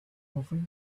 over